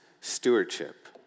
stewardship